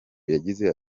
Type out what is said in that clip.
yagize